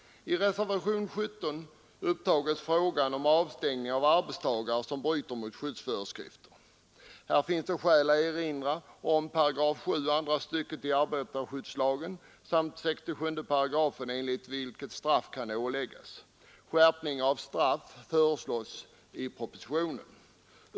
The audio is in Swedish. I reservationen 17 upptages frågan om avstängning av arbetstagare som bryter mot skyddsföreskrifter. Här finns det skäl att erinra om 7 §, andra stycket, arbetarskyddslagen samt om 67 § samma lag, enligt vilken straff kan åläggas. Skärpning av straff föreslås i propositionen.